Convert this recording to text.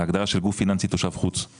ההגדרה של גוף פיננסי תושב חוץ.